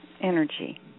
energy